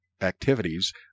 activities